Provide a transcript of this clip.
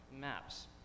maps